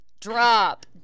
Drop